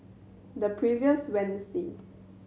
the previous Wednesday